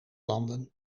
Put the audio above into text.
landen